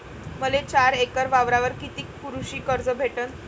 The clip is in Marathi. मले चार एकर वावरावर कितीक कृषी कर्ज भेटन?